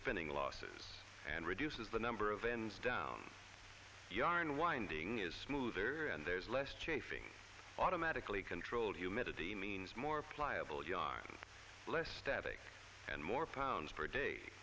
spinning losses and reduces the number of hands down yarn winding is smoother and there's less chafing automatically controlled humidity means more pliable yarns less static and more pounds per day